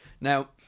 now